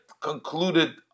concluded